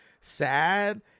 sad